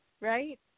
right